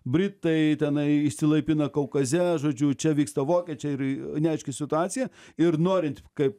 britai tenai išsilaipina kaukaze žodžiu čia vyksta vokiečiai ir i neaiški situacija ir norint ka